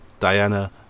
Diana